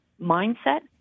mindset